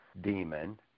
demon